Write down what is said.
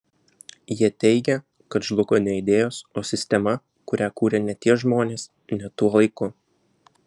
jie teigia kad žlugo ne idėjos o sistema kurią kūrė ne tie žmonės ne tuo laiku